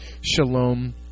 shalom